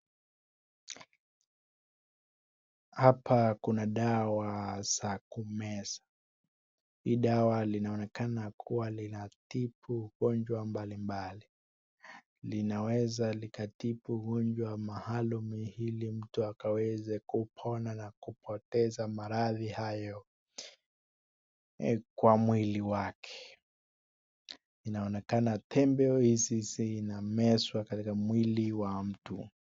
Hapa kuna dawa za kumeza. Hii dawa linaonekana kuwa linatibu ugonjwa mbalimbali. Linaweza likatibu ugonjwa maalum ili mtu akaweze kupona na kupoteza maradhi hayo kwa mwili wake. Inaonekana tembe hizi zinamezwa katika mwili wa mtu.